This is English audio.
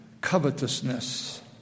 covetousness